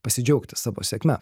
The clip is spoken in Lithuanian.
pasidžiaugti savo sėkme